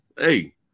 hey